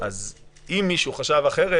אז אם מישהו חשב אחרת,